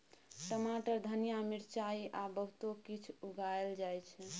टमाटर, धनिया, मिरचाई आ बहुतो किछ उगाएल जाइ छै